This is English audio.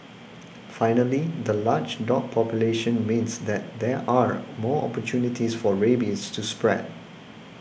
finally the large dog population means that there are more opportunities for rabies to spread